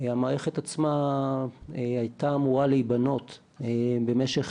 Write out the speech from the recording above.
המערכת עצמה הייתה אמורה להיבנות במשך